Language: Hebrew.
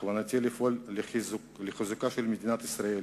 בכוונתי לפעול לחיזוקה של מדינת ישראל